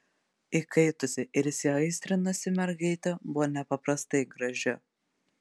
įkaitusi ir įsiaistrinusi mergaitė buvo nepaprastai graži